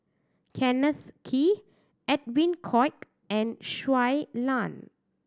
Kenneth Kee Edwin Koek and Shui Lan